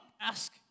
ask